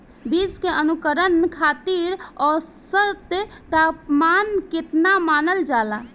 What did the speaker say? बीज के अंकुरण खातिर औसत तापमान केतना मानल जाला?